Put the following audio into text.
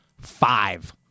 five